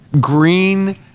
green